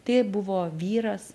tai buvo vyras